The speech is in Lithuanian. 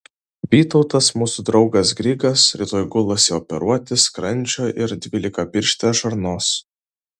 vytautas mūsų draugas grigas rytoj gulasi operuoti skrandžio ir dvylikapirštės žarnos